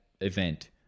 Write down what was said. event